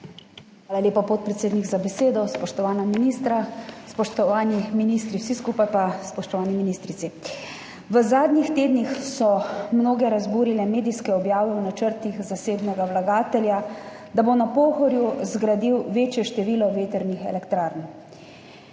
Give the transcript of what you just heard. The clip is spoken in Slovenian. Hvala lepa, podpredsednik, za besedo. Spoštovana ministra pa spoštovani ministrici, spoštovani ministri, vsi skupaj! V zadnjih tednih so mnoge razburile medijske objave o načrtih zasebnega vlagatelja, da bo na Pohorju zgradil večje število vetrnih elektrarn.